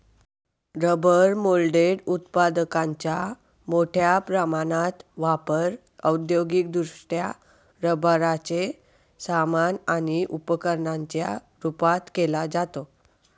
rubber moulded उत्पादकांचा मोठ्या प्रमाणात वापर औद्योगिकदृष्ट्या रबराचे सामान आणि उपकरणांच्या रूपात केला जातो